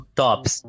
tops